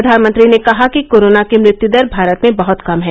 प्रधानमंत्री ने कहा कि कोरोना की मृत्युदर भारत में बहत कम है